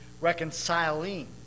reconciling